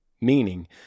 Meaning